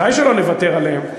ודאי שלא נוותר עליהם.